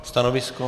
Stanovisko?